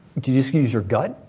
do you just use your gut?